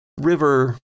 river